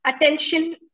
attention